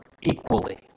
equally